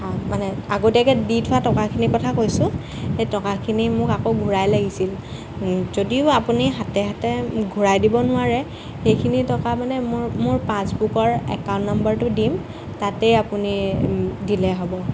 মানে আগতীয়াকৈ দি থোৱা টকাখিনিৰ কথা কৈছোঁ সেই টকাখিনি মোক আকৌ ঘূৰাই লাগিছিল যদিও আপুনি হাতে হাতে ঘূৰাই দিব নোৱাৰে সেইখিনি টকা মানে মোৰ মোৰ পাছবুকৰ একাউণ্ট নাম্বাৰটো দিম তাতে আপুনি দিলেই হ'ব